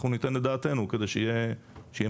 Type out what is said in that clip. אנחנו ניתן את דעתנו כדי שיהיה מספיק.